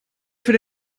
für